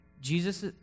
Jesus